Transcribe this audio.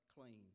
clean